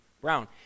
brown